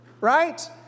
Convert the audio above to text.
Right